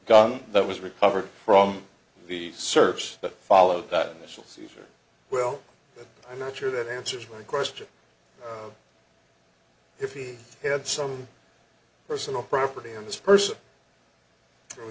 gun that was recovered from the search that followed that initial seizure well i'm not sure that answers your question if he had some personal property and this person really